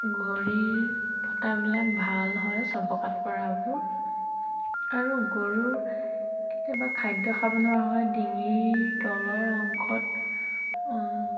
ভৰিৰ ফটাবিলাক ভাল হয় চবকাতপৰাবোৰ আৰু গৰুৰ কেতিয়াবা খাদ্য খাব নোৱাৰা হয় ডিঙিৰ তলৰ অংশত